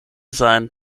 sein